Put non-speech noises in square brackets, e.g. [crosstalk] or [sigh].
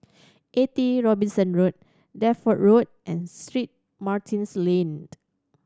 Eighty Robinson Road Deptford Road and Street Martin's Lane [unintelligible]